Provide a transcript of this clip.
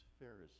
Pharisees